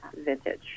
Vintage